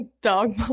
dog